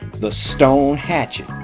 the stone hatchet.